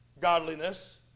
godliness